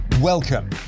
Welcome